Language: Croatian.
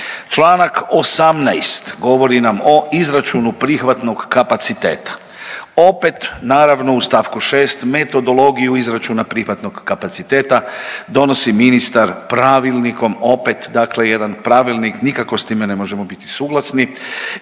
Članak 18. govori nam o izračunu prihvatnog kapaciteta. Opet naravno u stavku 6. metodologiju izračuna prihvatnog kapaciteta donosi ministar pravilnikom, opet dakle jedan pravilnik. Nikako s time ne možemo biti suglasni.